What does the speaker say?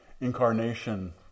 incarnation